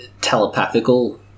telepathical